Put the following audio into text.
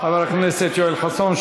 הכנסת יואל חסון,